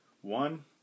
One